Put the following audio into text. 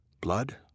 Blood